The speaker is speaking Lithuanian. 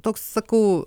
toks sakau